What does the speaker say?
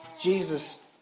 Jesus